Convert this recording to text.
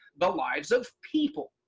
the lives of people,